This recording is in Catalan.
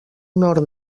nord